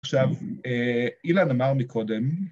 ‫עכשיו, אילן אמר מקודם...